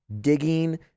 digging